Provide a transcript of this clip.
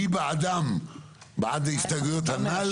מי בעד ההסתייגויות הנ"ל?